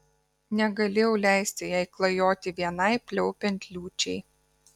negalėjau leisti jai klajoti vienai pliaupiant liūčiai